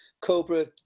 Cobra